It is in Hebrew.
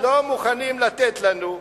לא מוכנים לתת לנו.